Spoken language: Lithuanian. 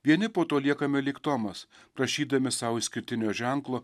vieni po to liekame lyg tomas prašydami sau išskirtinio ženklo